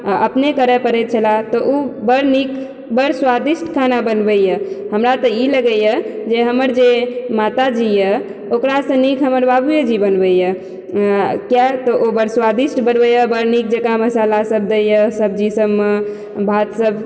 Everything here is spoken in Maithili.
अपने करऽ पड़ैत छलाह तऽ ओ बड्ड नीक बड्ड स्वादिष्ट खाना बनबयए हमरा तऽ ई लगयए जे हमर जे माताजी यऽ ओकरासँ नीक हमर बाबूए जी बनबयए किआ तऽ ओ बड्ड स्वादिष्ट बनबयए बड्ड नीक जेकाँ मसालासभ दैतए सब्जीसभमऽ भातसभ